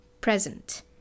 present